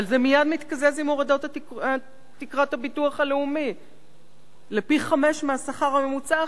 אבל זה מייד מתקזז עם הורדות תקרת הביטוח הלאומי לפי-חמישה השכר הממוצע,